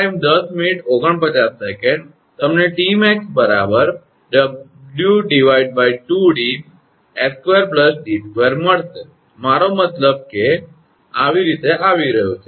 તમને 𝑇𝑚𝑎𝑥 𝑊2𝑑𝑠2 𝑑2 મળશે મારો મતલબ કે તે આ રીતે આવી રહ્યું છે